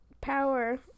power